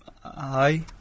Hi